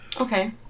Okay